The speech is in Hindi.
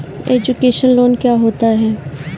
एजुकेशन लोन क्या होता है?